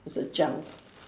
is a junk